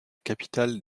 capitale